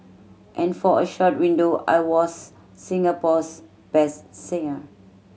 and for a short window I was Singapore's best singer